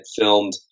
filmed